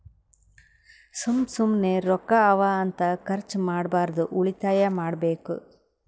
ಸುಮ್ಮ ಸುಮ್ಮನೆ ರೊಕ್ಕಾ ಅವಾ ಅಂತ ಖರ್ಚ ಮಾಡ್ಬಾರ್ದು ಉಳಿತಾಯ ಮಾಡ್ಬೇಕ್